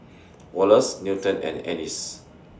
Wallace Newton and Ennis